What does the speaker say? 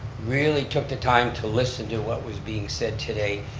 really took the time to listen to what was being said today,